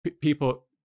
people